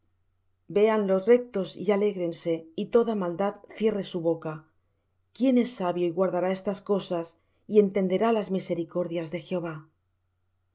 vean los rectos y alégrense y toda maldad cierre su boca quién es sabio y guardará estas cosas y entenderá las misericordias de jehová